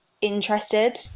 interested